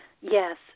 Yes